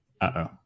Uh-oh